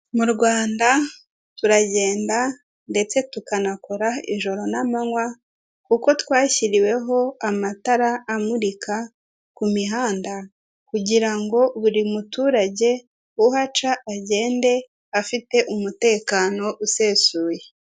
Mu Rwanda turagenda ndetse tukanakora ijoro n'amanywa kuko twashyiriweho amatara amurika ku mihanda kugira ngo buri muturage uhaca agende afite umutekano usesuye.